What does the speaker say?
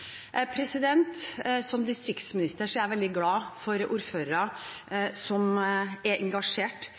Som distriktsminister er jeg veldig glad for ordførere som er